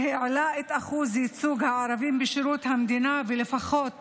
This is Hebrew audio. שהעלה את אחוז ייצוג הערבים בשירות המדינה לפחות